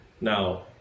Now